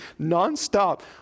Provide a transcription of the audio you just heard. nonstop